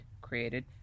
created